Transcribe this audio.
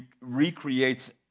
recreates